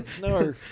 no